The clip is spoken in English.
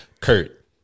Kurt